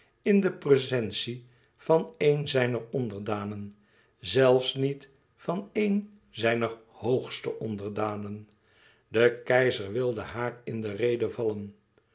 in de presentie van een zijner onderdanen zelfs niet van een zijner hogste onderdanen de keizer wilde haar in de rede vallen